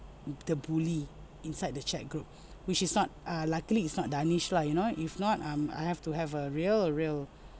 the bully inside the chat group which is not uh luckily is not darnish lah you know if not um I have to have a real real